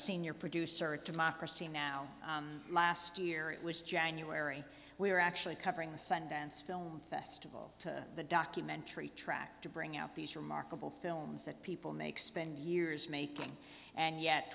senior producer of democracy now last year it was january we were actually covering the sundance film festival to the documentary track to bring out these remarkable films that people make spend years making and yet